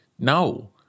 No